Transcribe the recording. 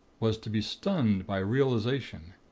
was to be stunned by realization.